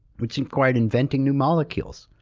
which required inventing new molecules.